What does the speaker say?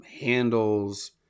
handles